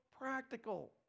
practical